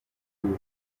with